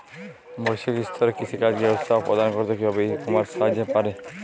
বৈষয়িক স্তরে কৃষিকাজকে উৎসাহ প্রদান করতে কিভাবে ই কমার্স সাহায্য করতে পারে?